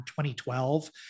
2012